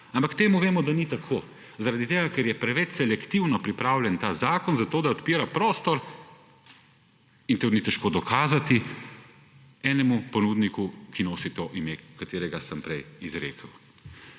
Ampak vemo, da ni tako, zaradi tega ker je preveč selektivno pripravljen ta zakon, zato da odpira prostor, in tega ni težko dokazati, enemu ponudniku, ki nosi ime, ki sem ga prej izrekel.